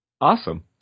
Awesome